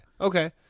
okay